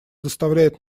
доставляет